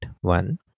one